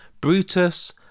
Brutus